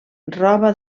roba